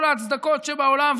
כל ההצדקות שבעולם,